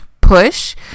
push